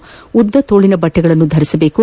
ಹಾಗೂ ಉದ್ದತೋಳಿನ ಬಟ್ಟೆಗಳನ್ನು ಧರಿಸಬೇಕು